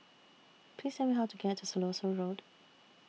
Please Tell Me How to get to Siloso Road